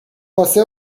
واسه